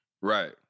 Right